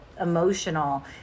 emotional